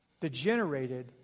degenerated